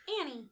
Annie